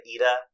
Ida